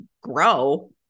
grow